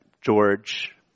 George